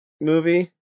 movie